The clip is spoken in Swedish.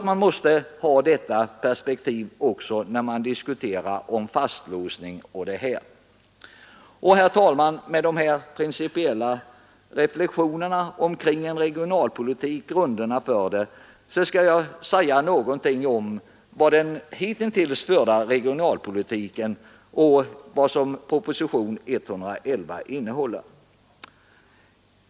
Man måste också ha detta perspektiv, när man diskuterar fastlåsning av befolkningstalen. Efter dessa principiella reflexioner kring grunderna för regionalpolitiken skall jag säga något om den hittills förda regionalpolitiken och om vad proposition 111 innehåller.